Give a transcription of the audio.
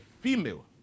female